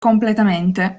completamente